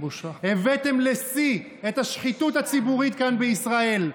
הבאתם לשיא את השחיתות הציבורית כאן, בישראל.